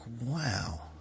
Wow